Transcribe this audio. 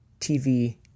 TV